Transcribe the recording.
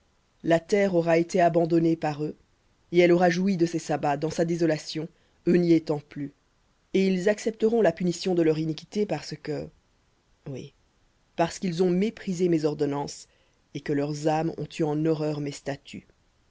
la terre aura été abandonnée par eux et elle aura joui de ses sabbats dans sa désolation eux n'y étant plus et ils accepteront la punition de leur iniquité parce que oui parce qu'ils ont méprisé mes ordonnances et que leurs âmes ont eu en horreur mes statuts